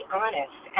honest